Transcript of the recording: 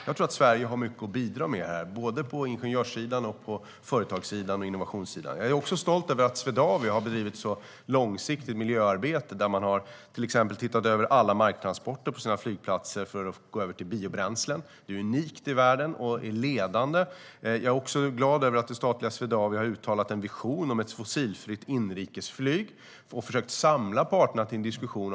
Jag tror att Sverige har mycket att bidra med på såväl ingenjörssidan som på företagssidan och innovationssidan. Jag är också stolt över att Swedavia har bedrivit ett så långsiktigt miljöarbete där man till exempel har tittat över alla marktransporter på sina flygplatser för att gå över till biobränslen. Det är unikt i världen, och ledande. Jag är glad över att det statliga Swedavia även har uttalat en vision om ett fossilfritt utrikesflyg och försökt samla parterna till en diskussion.